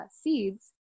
seeds